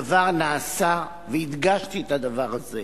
הדבר נעשה, והדגשתי את הדבר הזה,